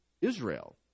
Israel